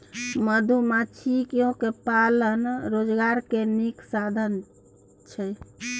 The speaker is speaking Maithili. मधुमाछियो पालन रोजगार के नीक साधन छइ